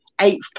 eighth